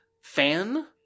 fan